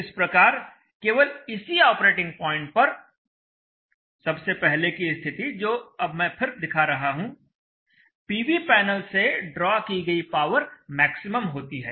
इस प्रकार केवल इसी ऑपरेटिंग पॉइंट पर सबसे पहले की स्थिति जो अब मैं फिर दिखा रहा हूं पीवी पैनल से ड्रॉ की गई पावर मैक्सिमम होती है